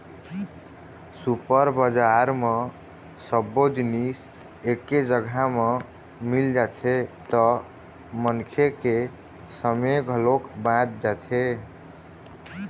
super बजार म सब्बो जिनिस एके जघा म मिल जाथे त मनखे के समे घलोक बाच जाथे